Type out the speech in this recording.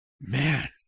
man